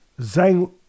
Zhang